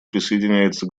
присоединяется